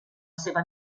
seva